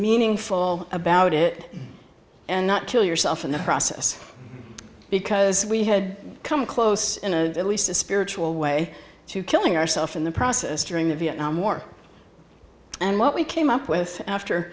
meaningful about it and not kill yourself in the process because we had come close in a at least a spiritual way to killing ourself in the process during the vietnam war and what we came up with after